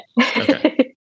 Okay